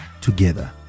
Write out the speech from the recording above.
together